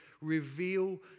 reveal